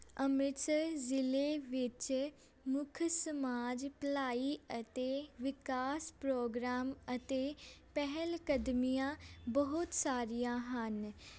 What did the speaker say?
ਅੰਮ੍ਰਿਤਸਰ ਜ਼ਿਲ੍ਹੇ ਵਿੱਚ ਮੁੱਖ ਸਮਾਜ ਭਲਾਈ ਅਤੇ ਵਿਕਾਸ ਪ੍ਰੋਗਰਾਮ ਅਤੇ ਪਹਿਲਕਦਮੀਆਂ ਬਹੁਤ ਸਾਰੀਆਂ ਹਨ